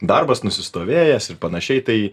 darbas nusistovėjęs ir panašiai tai